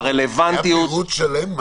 היה פירוט שלם.